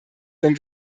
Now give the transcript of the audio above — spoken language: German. wenn